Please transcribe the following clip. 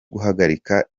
guhagarika